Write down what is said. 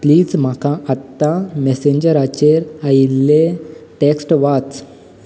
please म्हाका आत्तां मॅसेंजराचेर आयिल्लें टॅक्स्ट वाच